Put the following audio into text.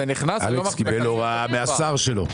אלכס קיבל הוראה מהשר שלו.